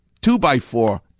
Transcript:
two-by-four